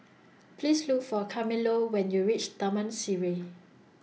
Please Look For Carmelo when YOU REACH Taman Sireh